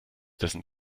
dessen